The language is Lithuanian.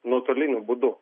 nuotoliniu būdu